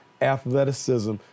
athleticism